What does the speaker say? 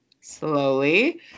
slowly